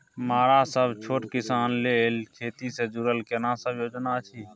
मरा सब छोट किसान लेल खेती से जुरल केना सब योजना अछि?